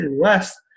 West